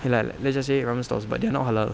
ya lah let's just say ramen stalls but they're not halal